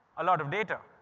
a lot of data.